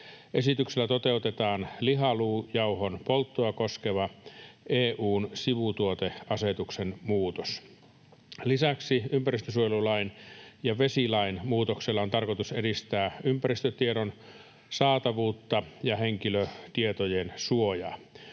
Esityksellä toteutetaan lihaluujauhon polttoa koskeva EU:n sivutuoteasetuksen muutos. Lisäksi ympäristönsuojelulain ja vesilain muutoksella on tarkoitus edistää ympäristötiedon saatavuutta ja henkilötietojen suojaa.